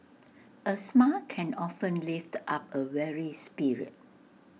A smile can often lift up A weary spirit